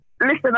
Listen